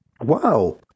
Wow